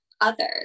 others